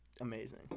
Amazing